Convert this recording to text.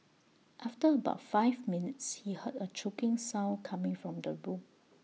after about five minutes he heard A choking sound coming from the room